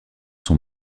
son